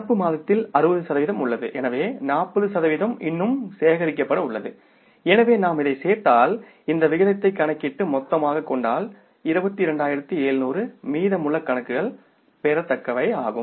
நடப்பு மாதத்தில் 60 சதவிகிதம் உள்ளது எனவே 40 சதவிகிதம் இன்னும் சேகரிக்கப்பட உள்ளது எனவே நாம் இதைச் சேர்த்தால் இந்த விகிதத்தைக் கணக்கிட்டு மொத்தமாகக் கொண்டால் 22700மீதமுள்ள கணக்குகள் பெறத்தக்கவை ஆகும்